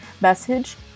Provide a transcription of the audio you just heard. message